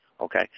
Okay